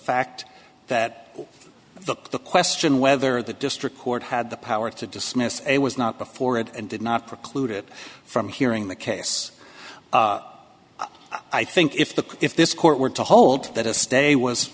fact that the question whether the district court had the power to dismiss it was not before it and did not preclude it from hearing the case i think if the if this court were to hold that a stay was